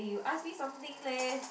you ask me something leh